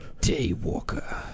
Daywalker